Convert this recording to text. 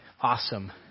awesome